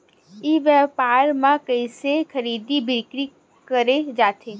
ई व्यापार म कइसे खरीदी बिक्री करे जाथे?